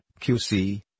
qc